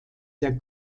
der